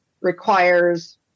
requires